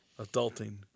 Adulting